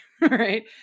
right